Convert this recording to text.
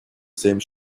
same